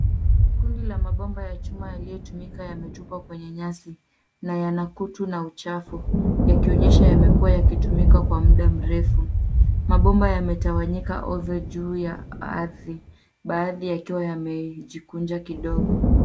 Kundi la mabomba ya chuma yaliyotumika yametupwa kwenye nyasi na yana kutu na uchafu, yakionyesha yamekuwa yakitumika kwa muda mrefu. Mabomba yametawanyika ovyo juu ya ardhi, baadhi yakiwa yamejikunja kidogo.